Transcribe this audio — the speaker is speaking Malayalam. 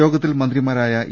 യോഗത്തിൽ മന്ത്രിമാരായ ഇ